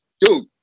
dude